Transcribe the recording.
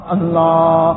Allah